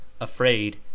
Afraid